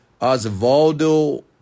Osvaldo